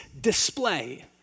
display